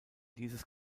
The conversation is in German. dieses